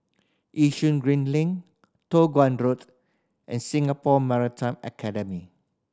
Yishun Green Link Toh Guan Road and Singapore Maritime Academy